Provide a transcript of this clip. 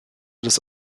des